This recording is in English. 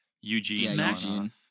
Eugene